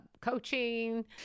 coaching